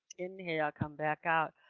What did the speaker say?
inhale. come back out.